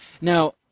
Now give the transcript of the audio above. Now